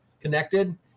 connected